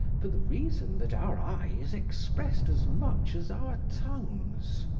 for the reason that our eyes expressed as much as our tongues.